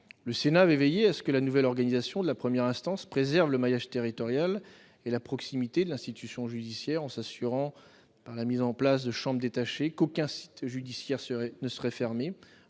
Le Sénat avait veillé à ce que la nouvelle organisation de la première instance préserve le maillage territorial et la proximité de l'institution judiciaire, en s'assurant, par la mise en place de chambres détachées, qu'aucun site judiciaire ne serait fermé,